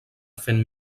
fent